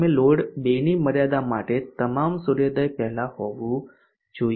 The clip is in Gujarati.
તમે લોડ 2 ની મર્યાદા માટે તમામ સૂર્યોદય પહેલાં હોવું જોઈએ